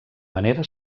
manera